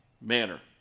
manner